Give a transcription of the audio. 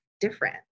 different